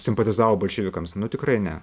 simpatizavo bolševikams nu tikrai ne